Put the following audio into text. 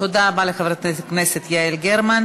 תודה רבה לחברת הכנסת יעל גרמן.